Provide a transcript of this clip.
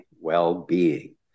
well-being